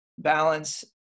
balance